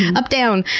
up down.